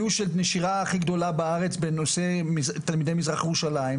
הנשירה הכי גדולה בארץ היא במזרח ירושלים.